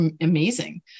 amazing